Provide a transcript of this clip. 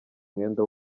mwenda